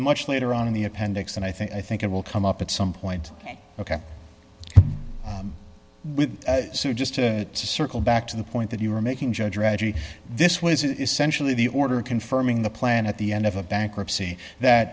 much later on in the appendix and i think i think it will come up at some point ok with just to circle back to the point that you were making judge reggie this was it essentially the order confirming the plan at the end of a bankruptcy that